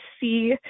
see